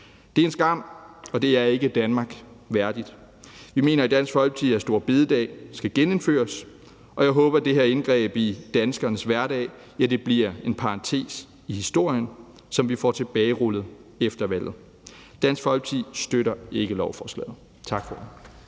Det er en skam, og det er ikke Danmark værdigt. Vi mener i Dansk Folkeparti, at store bededag skal genindføres, og jeg håber, at det her indgreb i danskernes hverdag bliver en parentes i historien, så vi får det tilbagerullet efter valget. Dansk Folkeparti støtter ikke lovforslaget. Tak for